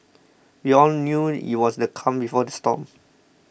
we all knew it was the calm before the storm